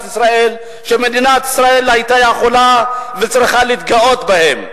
ישראל שמדינת ישראל היתה יכולה וצריכה להתגאות בהם.